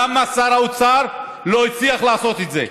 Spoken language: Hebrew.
למה שר האוצר לא הצליח לעשות את זה?